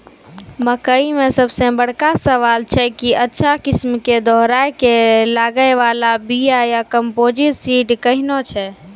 मकई मे सबसे बड़का सवाल छैय कि अच्छा किस्म के दोहराय के लागे वाला बिया या कम्पोजिट सीड कैहनो छैय?